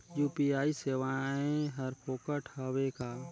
UPI सेवाएं हर फोकट हवय का?